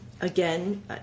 Again